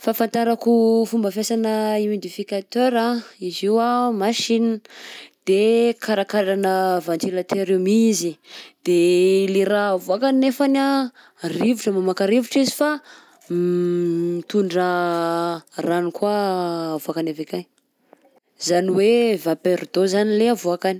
Fahafantarako fomba fiasanà humidificateur anh izy io anh machine, de karakarahanà ventilateur io mi izy, de le raha avoakany nefany rivotra mamoaka rivotra izy fa mitondra rano koa avoakany avy akagny, zany hoe vapeur d'eau zany ilay avoakany.